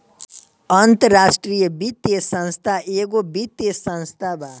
अन्तराष्ट्रिय वित्तीय संस्था एगो वित्तीय संस्था बा